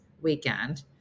weekend